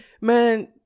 Man